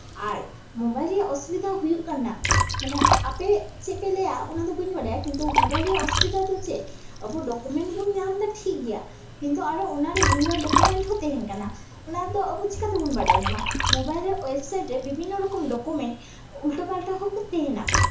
ᱟᱨ mobile ᱨᱮᱭᱟᱜ ᱚᱥᱩᱵᱤᱫᱷᱟ ᱦᱩᱭᱩᱜ ᱠᱟᱱᱟ ᱢᱟᱱᱮ ᱟᱯᱮ ᱪᱮᱫᱼᱯᱮ ᱞᱟᱹᱭᱟ ᱚᱱᱟᱫᱚ ᱵᱟᱹᱧ ᱵᱟᱰᱟᱭᱟ ᱠᱤᱱᱛᱩ ᱢᱳᱵᱟᱭᱤᱞ ᱨᱮᱭᱟᱜ ᱚᱥᱩᱵᱤᱫᱷᱟ ᱫᱚ ᱪᱮᱫ ᱟᱵᱳ ᱰᱚᱠᱳᱢᱮᱱᱴᱥ ᱵᱚᱱ ᱧᱟᱢᱫᱟ ᱴᱷᱤᱠ ᱜᱮᱭᱟ ᱠᱤᱱᱛᱩ ᱟᱨᱚ ᱚᱱᱟᱨᱮ ᱵᱷᱩᱞ ᱵᱷᱟᱞ ᱰᱚᱠᱳᱢᱮᱱᱴ ᱦᱚᱸ ᱛᱟᱦᱮᱱ ᱠᱟᱱᱟ ᱚᱱᱟᱫᱚ ᱟᱵᱚ ᱪᱤᱠᱟᱹ ᱛᱮᱵᱚᱱ ᱵᱟᱰᱟᱭ ᱧᱟᱢᱟ ᱢᱳᱵᱟᱭᱤᱞ ᱨᱮᱭᱟᱜ ᱳᱭᱮᱵ ᱥᱟᱭᱤᱴ ᱨᱮ ᱵᱤᱵᱷᱤᱱᱱᱚ ᱨᱚᱠᱚᱢ ᱰᱚᱠᱳᱢᱮᱱᱴ ᱩᱞᱴᱟᱹ ᱯᱟᱞᱴᱟ ᱦᱚᱸ ᱛᱟᱦᱮᱱᱟ